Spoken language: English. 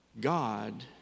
God